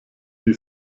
die